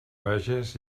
veges